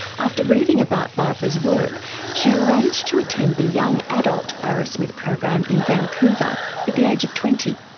after reading about barbara's work she arranged to attend the young adult arrowsmith program in vancouver at the age of twenty.